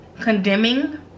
condemning